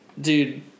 Dude